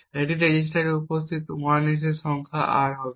এই রেজিস্টারে উপস্থিত 1s সংখ্যা R হবে